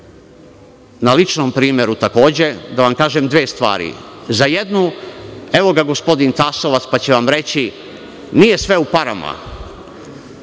na ličnom primeru takođe, da vam kažem dve stvari. Za jednu, evo ga gospodin Tasovac pa će vam reći – nije sve u parama.